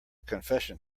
confession